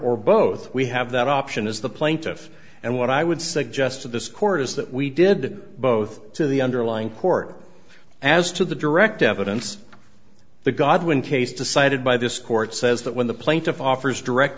or both we have that option is the plaintiff and what i would suggest to this court is that we did to both to the underlying court as to the direct evidence the godwin case decided by this court says that when the plaintiff offers direct